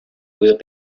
will